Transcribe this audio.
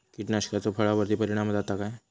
कीटकनाशकाचो फळावर्ती परिणाम जाता काय?